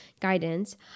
guidance